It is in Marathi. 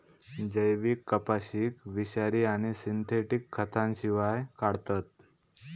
जैविक कपाशीक विषारी आणि सिंथेटिक खतांशिवाय काढतत